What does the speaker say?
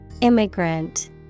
Immigrant